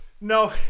no